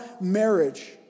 marriage